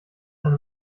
eine